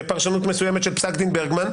בפרשנות מסוימת של פסק דין ברגמן,